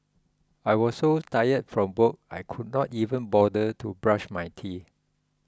I was so tired from work I could not even bother to brush my teeth